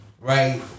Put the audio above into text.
right